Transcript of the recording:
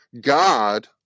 God